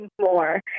more